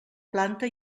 planta